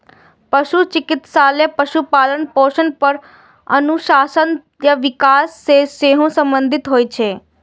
पशु चिकित्सा पशुपालन, पोषण पर अनुसंधान आ विकास सं सेहो संबंधित होइ छै